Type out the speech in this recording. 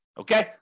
Okay